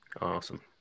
Awesome